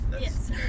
Yes